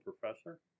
professor